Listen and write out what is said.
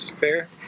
fair